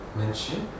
mention